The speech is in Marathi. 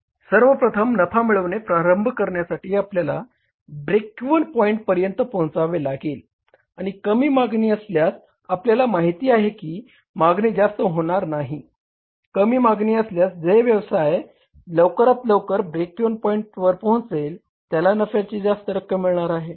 सर्वप्रथम नफा मिळविणे प्रारंभ करण्यासाठी आपल्याला ब्रेक इव्हन पॉईंट पर्यंत पोहचावे लागेल आणि कमी मागणी असल्यास आपल्याला माहित आहे की मागणी जास्त होणार नाही कमी मागणी असल्यास जे व्यवसाय लवकरात लवकर ब्रेक इव्हन पॉईंटवर पोहोचेल त्याला नफ्याची जास्त रक्कम मिळणार आहे